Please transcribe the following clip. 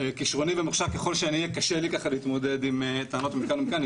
כישרוני ומוכשר ככל שאני אהיה קשה לי ככה להתמודד עם טענות מכאן ומכאן.